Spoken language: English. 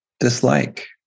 dislike